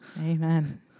Amen